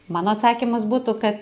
mano atsakymas būtų kad